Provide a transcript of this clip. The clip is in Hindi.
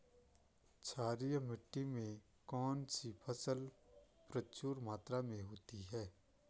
क्षारीय मिट्टी में कौन सी फसल प्रचुर मात्रा में होती है?